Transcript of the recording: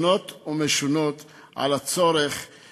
וגם המשומדים השונים בקרב עמנו בגולה,